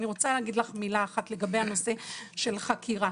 אני רוצה להגיד לך מילה אחת לגבי הנושא של חקירה.